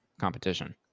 competition